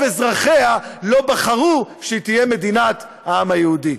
אזרחיה לא בחרו שהיא תהיה מדינת העם היהודי.